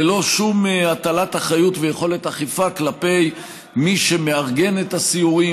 ללא שום הטלת אחריות ויכולת אכיפה כלפי מי שמארגן את הסיורים